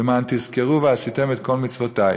"למען תזכרו ועשיתם את כל מצותי"